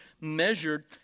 measured